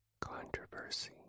Controversy